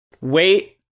wait